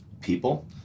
People